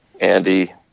Andy